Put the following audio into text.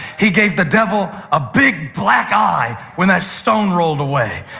he gave the devil a big black eye when that stone rolled away.